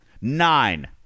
Nine